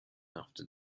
after